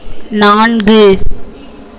நான்கு